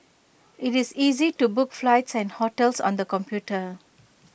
IT is easy to book flights and hotels on the computer